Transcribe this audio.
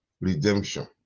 redemption